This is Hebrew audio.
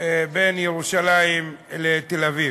בין ירושלים לתל-אביב.